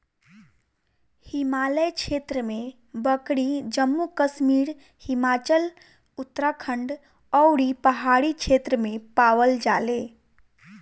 हिमालय क्षेत्र में बकरी जम्मू कश्मीर, हिमाचल, उत्तराखंड अउरी पहाड़ी क्षेत्र में पावल जाले